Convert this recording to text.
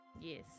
Yes